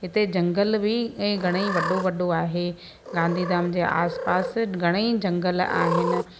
हिते झंगल बि ऐं घणेई वॾो वॾो आहे गांधीधाम जे आस पास घणेई झंगल आहिनि